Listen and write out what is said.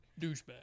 Douchebag